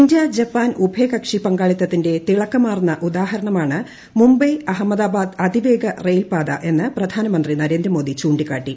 India Japan ഉഭയകക്ഷി പങ്കാളിത്ത്തിന്റെ തിളക്കമാർന്ന ഉദാഹരണമാണ് മുംബൈ അഹമ്മദാബാദ്ദ് അതിവേഗ റെയിൽപാത എന്ന് പ്രധാന മന്ത്രി നരേന്ദ്രമോദി ചൂണ്ടിക്കാട്ടി